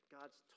God's